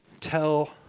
tell